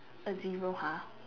a zero !huh!